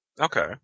Okay